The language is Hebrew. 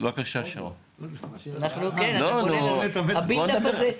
בואו נדבר תכל'ס.